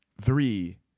three